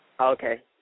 Okay